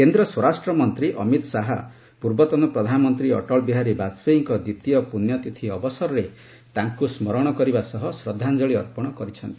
କେନ୍ଦ୍ର ସ୍ୱରାଷ୍ଟ୍ର ମନ୍ତ୍ରୀ ଅମିତ ଶାହା ପୂର୍ବତନ ପ୍ରଧାନମନ୍ତ୍ରୀ ଅଟଳ ବିହାରୀ ବାଜପେୟୀଙ୍କ ଦ୍ୱିତୀୟ ପୁଣ୍ୟତିଥି ଅବସରରେ ତାଙ୍କୁ ସ୍କରଣ କରିବା ସହ ଶ୍ରଦ୍ଧାଞ୍ଚଳି ଅର୍ପଣ କରିଛନ୍ତି